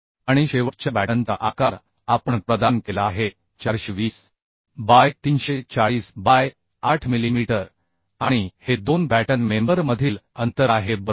आणि शेवटच्या बॅटनचा आकार आपण प्रदान केला आहे 420 बाय 340 बाय 8 मिलीमीटर आणि हे दोन बॅटन मेंबर मधील अंतर आहे बरोबर